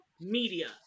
media